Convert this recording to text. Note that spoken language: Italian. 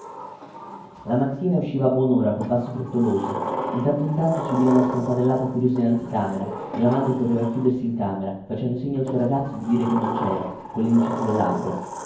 la mattina usciva a buonora col passo frettoloso di tanto in tanto si udiva una scampanellata furiosa in anticamera e la madre correva a chiudersi in camera facendo segno al suo ragazzo di dire che non cera collindice sulle labbra